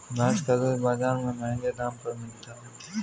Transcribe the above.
भैंस का दूध बाजार में महँगे दाम पर मिलता है